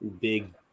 big